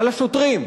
על השוטרים,